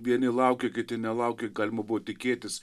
vieni laukia kiti nelaukia galima buvo tikėtis